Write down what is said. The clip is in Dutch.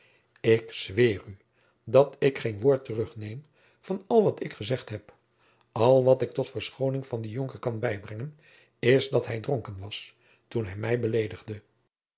ik zweer u dat ik geen woord terugneem van al wat ik gezegd heb al wat ik tot verschoning van dien jonker kan bijbrengen is dat hij dronken was toen hij mij beledigde